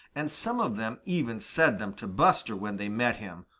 and some of them even said them to buster when they met him,